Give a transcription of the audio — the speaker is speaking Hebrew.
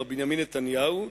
מר בנימין נתניהו,